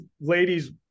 ladies